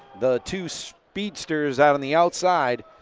the two speedsters out on the outside,